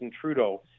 Trudeau